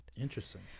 Interesting